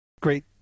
Great